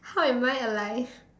how am I alive